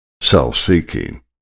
self-seeking